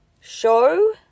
show